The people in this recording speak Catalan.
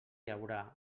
haurà